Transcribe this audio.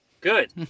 Good